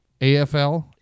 AFL